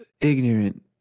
ignorant